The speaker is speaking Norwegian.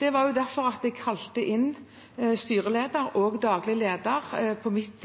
det var derfor jeg kalte inn styreleder og daglig leder på mitt